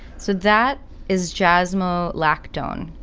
so that is jazzmobile lack, don.